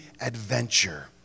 adventure